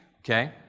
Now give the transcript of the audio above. okay